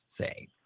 say